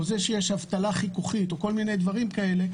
או זה שיש אבטלה חיכוכית או כל מיני דברים כאלה,